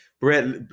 Brett